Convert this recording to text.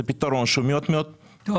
זה פתרון שהוא מאוד מאוד פשוט.